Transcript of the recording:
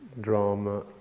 drama